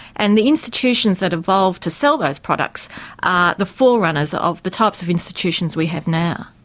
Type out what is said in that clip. and the institutions that evolved to sell those products, are the forerunners of the types of institutions we have now.